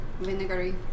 vinegary